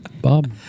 Bob